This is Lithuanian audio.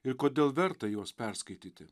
ir kodėl verta juos perskaityti